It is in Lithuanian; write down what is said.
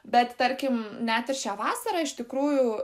bet tarkim net ir šią vasarą iš tikrųjų